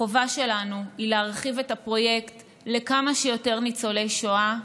החובה שלנו היא להרחיב את הפרויקט לכמה שיותר ניצולי השואה,